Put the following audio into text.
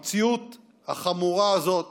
המציאות החמורה הזאת